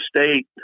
state